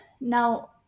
now